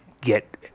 get